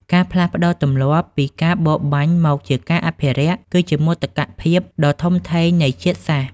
ការផ្លាស់ប្តូរទម្លាប់ពីការបរបាញ់មកជាការអភិរក្ស គឺជាមោទកភាពដ៏ធំធេងនៃជាតិសាសន៍។